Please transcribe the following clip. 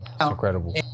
Incredible